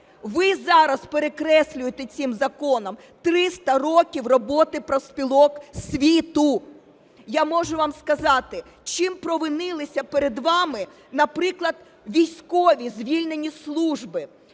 Ви зараз перекреслюєте цим законом 300 років роботи профспілок світу. Я можу вам сказати, чим провинилися перед вами, наприклад, військові, звільнені зі служби.